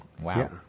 Wow